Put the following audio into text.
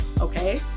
okay